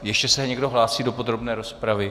Ještě se někdo hlásí do podrobné rozpravy?